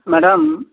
madam